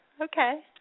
Okay